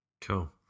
Cool